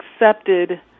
accepted